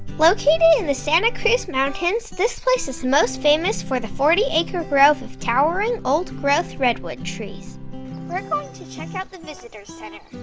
located in the santa cruz mountains, this place is most famous for the forty acre grove of towering oldgrowth redwood trees. we are going to check out the visitor center.